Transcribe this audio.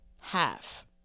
Half